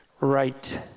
right